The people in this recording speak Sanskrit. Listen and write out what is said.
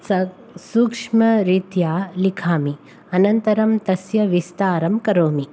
स सूक्ष्मरीत्या लिखामि अनन्तरं तस्य विस्तारं करोमि